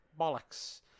Bollocks